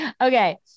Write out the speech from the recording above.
Okay